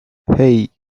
hey